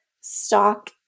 stock